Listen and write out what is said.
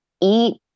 eat